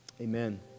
Amen